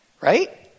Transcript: right